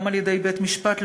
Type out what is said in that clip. גם על-ידי בית-משפט,